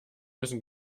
müssen